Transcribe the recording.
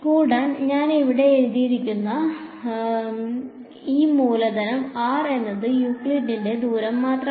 കൂടാതെ ഞാൻ ഇവിടെ എഴുതിയിരിക്കുന്ന ഈ മൂലധനം R എന്നത് യൂക്ലിഡിയൻ ദൂരം മാത്രമാണ്